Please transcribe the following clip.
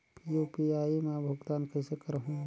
UPI मा भुगतान कइसे करहूं?